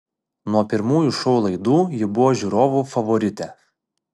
nuo pirmųjų šou laidų ji buvo žiūrovų favoritė